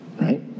Right